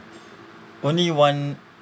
only one